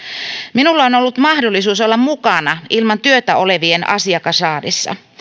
minulla on ollut mahdollisuus olla mukana ilman työtä olevien asiakasraadissa